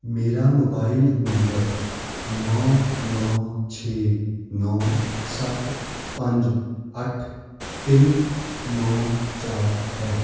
ਮੇਰਾ mobile number ਨੌਂ ਨੌਂ ਛੇ ਨੌਂ ਸੱਤ ਪੰਜ ਅੱਠ ਤਿੰਨ ਨੌਂ ਚਾਰ ਹੈ